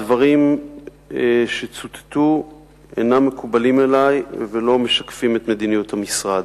הדברים שצוטטו אינם מקובלים עלי ולא משקפים את מדיניות המשרד.